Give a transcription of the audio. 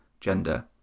gender